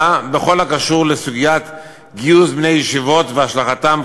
בכל הקשור לסוגיית גיוס בני ישיבות והשלכתם,